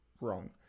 wrong